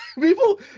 People